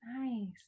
Nice